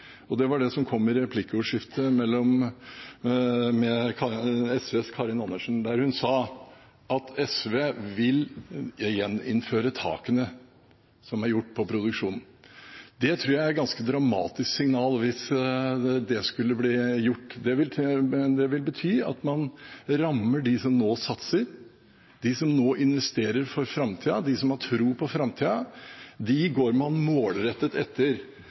og det var det som kom i replikkordskiftet med SVs Karin Andersen, der hun sa at SV vil gjeninnføre takene på produksjonen. Det er et ganske dramatisk signal hvis det skulle bli gjort. Det vil bety at man rammer de som nå satser, de som nå investerer for framtiden, de som har tro på framtiden. Dem går man målrettet etter.